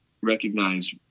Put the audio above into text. recognize